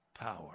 power